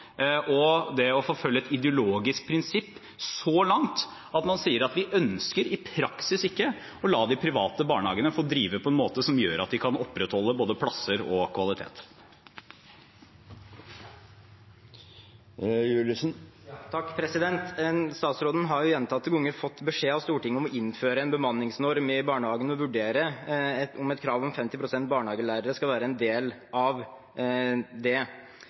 et ideologisk prinsipp så langt at man sier at man ønsker i praksis ikke å la de private barnehagene få drive på en måte som gjør at de kan opprettholde både plasser og kvalitet. Statsråden har gjentatte ganger fått beskjed av Stortinget om å innføre en bemanningsnorm i barnehagene og vurdere om et krav om 50 pst. barnehagelærere i barnehagen skal være en del av den. Det